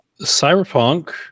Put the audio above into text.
Cyberpunk